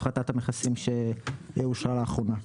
הפחתת המכסים שאושרה לאחרונה.